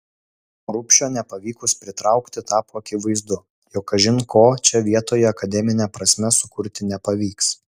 rubšio nepavykus pritraukti tapo akivaizdu jog kažin ko čia vietoje akademine prasme sukurti nepavyks